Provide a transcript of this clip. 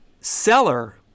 seller